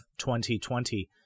2020